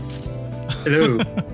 Hello